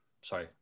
Sorry